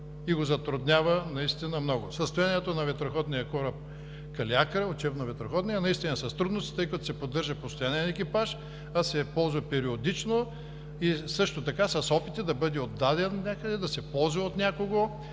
и го затруднява наистина много. Състоянието на учебно ветроходния кораб „Калиакра“ наистина е с трудности, тъй като се поддържа постоянен екипаж, а се ползва периодично и също така с опити да бъде отдаден някъде, да се ползва от някого,